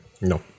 No